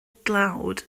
dlawd